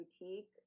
boutique